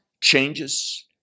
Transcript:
changes